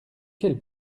quelle